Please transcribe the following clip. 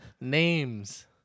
names